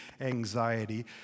anxiety